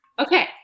Okay